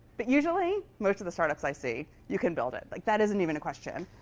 but usually, most of the startups i see, you can build it. like that isn't even a question.